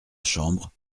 chambre